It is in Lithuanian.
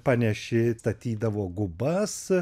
panėši statydavo gubas